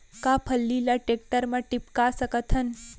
का फल्ली ल टेकटर म टिपका सकथन?